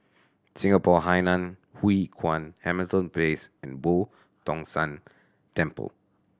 Singapore Hainan Hwee Kuan Hamilton Place and Boo Tong San Temple